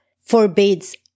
forbids